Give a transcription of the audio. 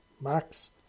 Max